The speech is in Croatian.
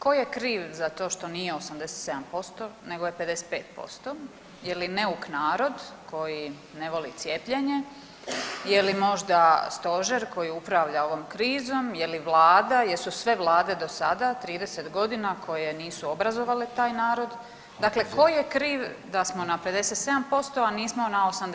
Ko je kriv za to što nije 87% nego je 55% je li neuk narod koji ne voli cijepljenje, je li možda stožer koji upravlja ovom krizom, je li Vlada, jesu sve vlade do sada 30 godina koje nisu obrazovale taj narod, dakle ko je kriv da smo na 57%, a nismo na 87%